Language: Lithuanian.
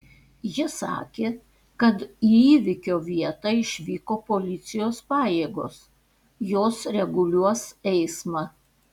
ji sakė kad į įvykio vietą išvyko policijos pajėgos jos reguliuos eismą